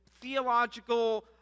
theological